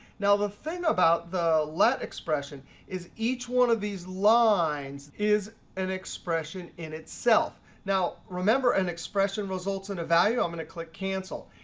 now the thing about the let expression is each one of these lines is an expression in itself. now remember an expression results in a value. i'm going to click cancel.